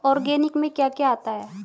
Organic में क्या क्या आता है?